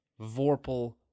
vorpal